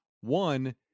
one